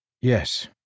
Yes